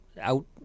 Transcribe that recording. out